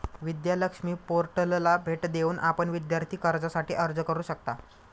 विद्या लक्ष्मी पोर्टलला भेट देऊन आपण विद्यार्थी कर्जासाठी अर्ज करू शकता